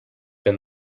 been